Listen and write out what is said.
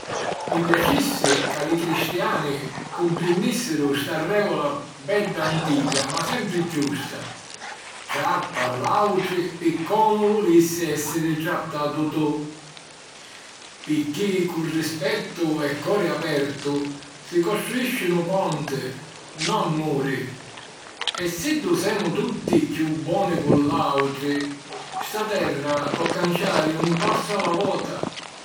Mi piacissi ca li cristiani cumprinnìssiru sta règula bedda antica ma sempri giusta: "Tratta a l'àutri pi comu vulissi èssiri trattatu tu". Picchì cu rispettu e cori apertu si costruìscinu ponti, non mùri. E siddu semu tutti chiù boni cu l'àutri, sta terra po canciari un passu a la vota.